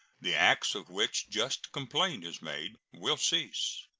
the acts of which just complaint is made will cease.